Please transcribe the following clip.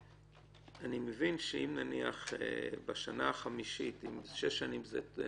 אני מבין שאם בשנה החמישית אם שש שנים זה ההתיישנות,